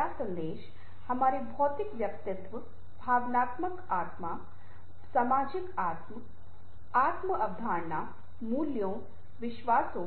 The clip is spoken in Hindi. Intrapersonal संदेश हमारे भौतिक व्यक्तित्व भावनात्मक आत्म सामाजिक आत्म आत्म अवधारणा मूल्यों विश्वासों